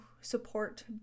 support